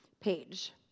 page